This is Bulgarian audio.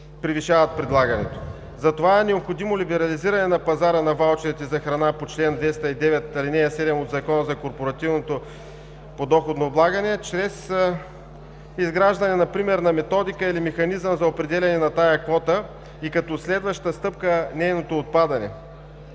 превишават предлагането. Затова е необходимо либерализиране на пазара на ваучерите за храна по чл. 209, ал. 7 от Закона за корпоративното подоходно облагане чрез изграждане на примерна методика или механизъм за определяне на тази квота и като следваща стъпка – нейното отпадане.